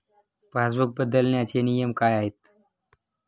Passbook बदलण्याचे नियम काय आहेत?